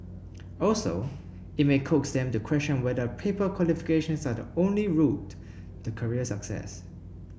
also it may coax them to question whether paper qualifications are the only route to career success